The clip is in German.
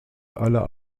aller